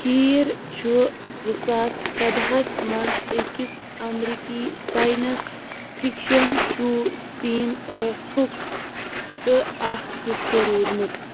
کھیٖر چھُ زٕ ساس سد ہَس منٛز أکِس امریکی سایِنس فکشن شو سیٖن ٲٹھُک تہٕ اکھ حصہٕ روٗدمُت